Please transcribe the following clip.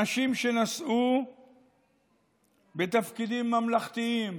אנשים שנשאו בתפקידים ממלכתיים,